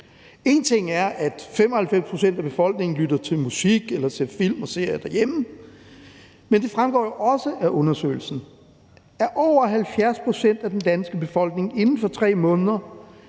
En ting er, at 95 pct. af befolkningen lytter til musik eller ser film og serier derhjemme, men det fremgår også af undersøgelsen, at over 70 pct. af den danske befolkning inden for 3 måneder